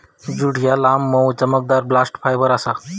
jute ह्या लांब, मऊ, चमकदार बास्ट फायबर आसा